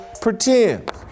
pretend